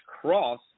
cross